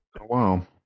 Wow